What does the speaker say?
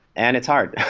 and it's hard.